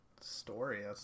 story